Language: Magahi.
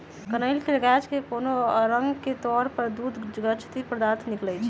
कनइल के गाछ के कोनो अङग के तोरे पर दूध जकति पदार्थ निकलइ छै